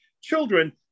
children